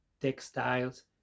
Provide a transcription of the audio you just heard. textiles